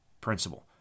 principle